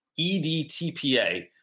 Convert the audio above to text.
EDTPA